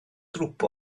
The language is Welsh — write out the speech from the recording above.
grŵp